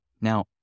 now